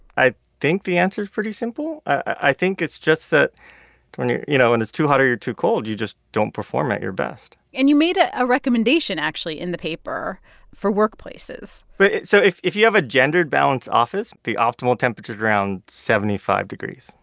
i think the answer is pretty simple. i think it's just that when you're you know, when and it's too hot or you're too cold, you just don't perform at your best and you made ah a recommendation, actually, in the paper for workplaces but so if if you have a gender-balanced office, the optimal temperature is around seventy five degrees.